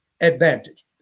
advantage